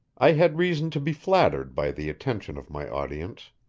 i had reason to be flattered by the attention of my audience.